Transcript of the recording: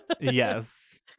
Yes